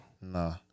No